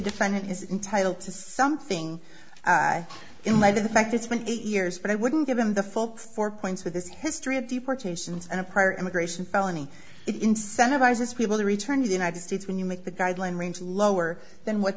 defendant is entitled to something in my view the fact it's been eight years but i wouldn't give him the folks four points with this history of deportations and apart immigration felony it incentivizes people to return to the united states when you make the guideline range lower than what